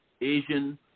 Asian